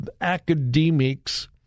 academics